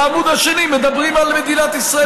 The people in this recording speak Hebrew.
בעמוד השני מדברים על מדינת ישראל כמדינת הלאום.